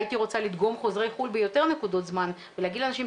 הייתי רוצה לדגום חוזרי חו"ל ביותר נקודות זמן ולהגיד לאנשים,